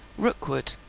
rookwood,